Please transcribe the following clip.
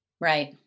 Right